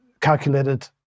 calculated